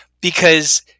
because-